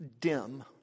dim